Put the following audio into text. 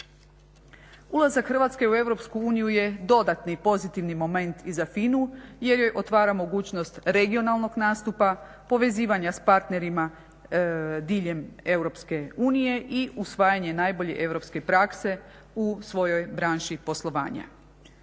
Ulazak Hrvatske u Europsku uniju je dodatni pozitivni moment i za FINA-u jer joj otvara mogućnost regionalnog nastupa, povezivanja sa partnerima diljem Europske unije i usvajanje najbolje europske prakse u svojoj branši poslovanja.